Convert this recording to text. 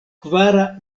kvara